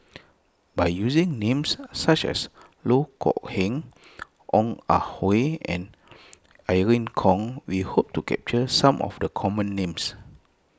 by using names such as Loh Kok Heng Ong Ah Hoi and Irene Khong we hope to capture some of the common names